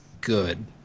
good